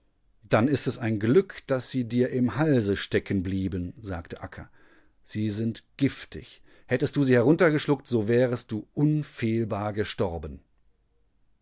dann ist es ein glück daß sie dir im halse stecken blieben sagte akka sie sind giftig hättest du sie heruntergeschluckt so wärest du unfehlbar gestorben